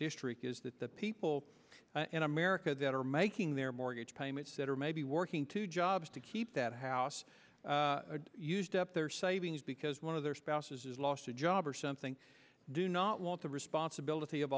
district is that the people in america that are making their mortgage payments that are maybe working two jobs to keep that house used up their savings because one of their spouses has lost a job or something do not want the responsibility of